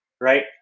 right